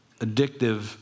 addictive